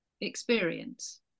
experience